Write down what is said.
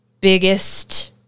biggest